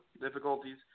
difficulties